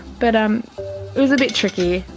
but um it was a bit tricky.